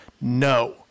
No